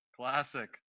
classic